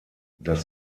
das